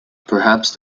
perhaps